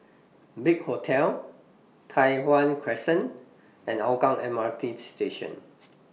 Big Hotel Tai Hwan Crescent and Hougang M R T Station